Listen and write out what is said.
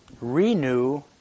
renew